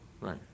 Right